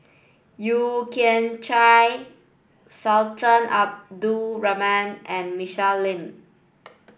Yeo Kian Chai Sultan Abdul Rahman and Michelle Lim